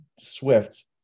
Swift